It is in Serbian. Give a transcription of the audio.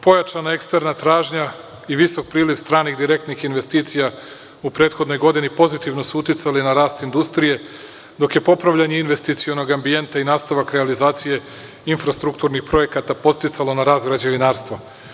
Pojačana eksterna tražnja i visok priliv stranih direktnih investicija u prethodnoj godini, pozitivno su uticali na rast industrije, dok je popravljanje investicionog ambijenta i nastavak realizacije infrastrukturnih projekata podsticalo na rast građevinarstva.